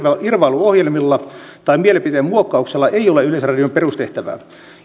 irvailuohjelmilla tai mielipiteen muokkauksella ei ole yleisradion perustehtävää